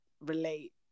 relate